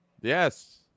Yes